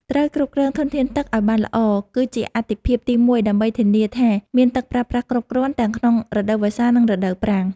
ត្រូវគ្រប់គ្រងធនធានទឹកឱ្យបានល្អគឺជាអាទិភាពទីមួយដើម្បីធានាថាមានទឹកប្រើប្រាស់គ្រប់គ្រាន់ទាំងក្នុងរដូវវស្សានិងរដូវប្រាំង។